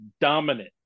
dominant